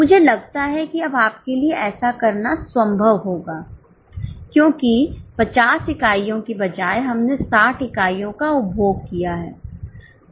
मुझे लगता है कि अब आपके लिए ऐसा करना संभव होगा क्योंकि 50 इकाइयों के बजाय हमने 60 इकाइयों का उपभोग किया है